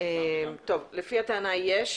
לפי הטענה יש,